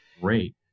Great